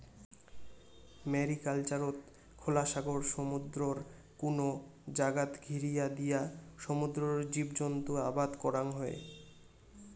ম্যারিকালচারত খোলা সাগর, সমুদ্রর কুনো জাগাত ঘিরিয়া দিয়া সমুদ্রর জীবজন্তু আবাদ করাং হই